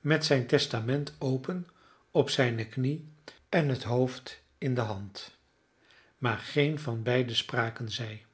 met zijn testament open op zijne knie en het hoofd in de hand maar geen van beiden spraken zij